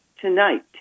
tonight